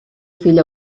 fill